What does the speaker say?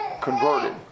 converted